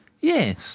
Yes